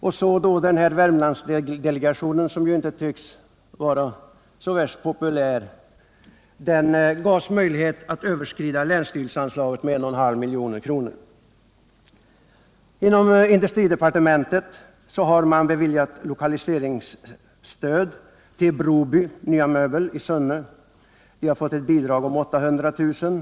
Värmlandsdelegationen, som ju enligt Sune Johansson inte tycks vara så värst populär, gavs möjlighet att överskrida länsstyrelseanslaget med 1,5 milj.kr. Inom industridepartementet har man beviljat lokaliseringsstöd till Broby Nya Möbel AB i Sunne. Företaget har fått ett bidrag på 800 000 kr.